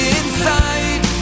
inside